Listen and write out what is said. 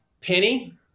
Penny